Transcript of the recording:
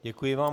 Děkuji vám.